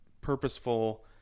purposeful